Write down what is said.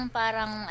parang